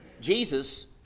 Jesus